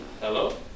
Hello